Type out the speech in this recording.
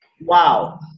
Wow